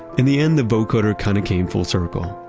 in the end, the vocoder kind of came full circle.